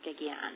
again